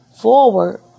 forward